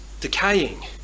decaying